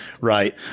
right